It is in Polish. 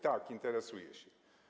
Tak, interesuje się.